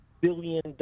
billion